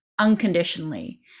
unconditionally